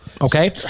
Okay